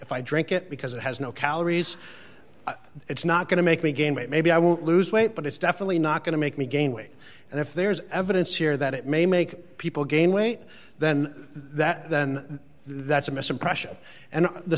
if i drink it because it has no calories it's not going to make me gain weight maybe i won't lose weight but it's definitely not going to make me gain weight and if there's evidence here that it may make people gain weight then that then that's a misimpression and the